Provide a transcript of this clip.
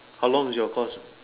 how long is your course